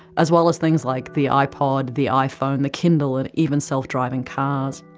as well as things like the ipod, the iphone, the kindle and even self-driving cars.